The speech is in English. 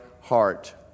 heart